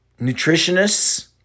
nutritionists